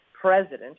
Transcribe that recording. president